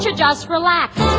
just relax,